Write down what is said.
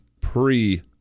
pre-